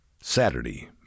Saturday